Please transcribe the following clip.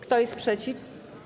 Kto jest przeciw?